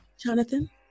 Jonathan